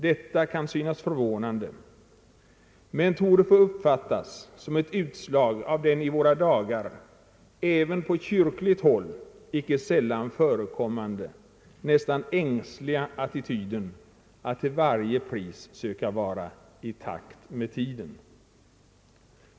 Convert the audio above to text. Detta kan synas förvånande men torde få uppfattas som ett utslag av den i våra dagar även på kyrkligt håll icke sällan förekommande nästan ängsliga attityden att till varje pris söka vara i takt med tiden.